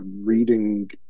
reading